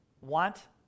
want